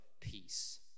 peace